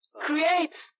Create